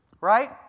Right